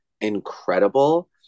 incredible